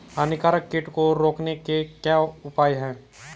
हानिकारक कीट को रोकने के क्या उपाय हैं?